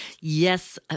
yes